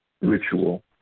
ritual